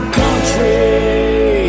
country